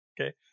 okay